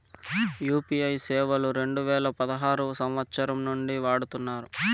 UPI సేవలు రెండు వేల పదహారు సంవచ్చరం నుండి వాడుతున్నారు